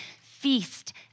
feast